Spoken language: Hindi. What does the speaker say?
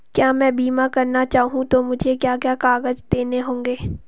मैं बीमा करना चाहूं तो मुझे क्या क्या कागज़ देने होंगे?